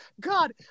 God